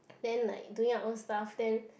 then like doing our own stuff then